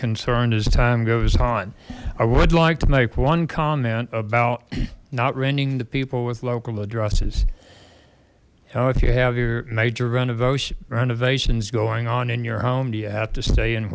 concerned as time goes on i would like to make one comment about not renting the people with local addresses so if you have your major renovation renovations going on in your home do you have to stay in